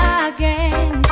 again